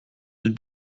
elle